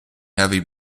heavy